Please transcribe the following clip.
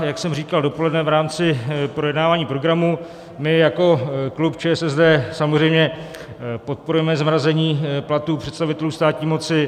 Jak jsem říkal dopoledne v rámci projednávání programu, my jako klub ČSSD samozřejmě podporujeme zmrazení platů představitelů státní moci.